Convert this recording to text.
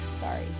Sorry